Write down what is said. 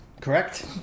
correct